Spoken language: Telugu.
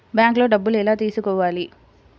బ్యాంక్లో డబ్బులు ఎలా తీసుకోవాలి?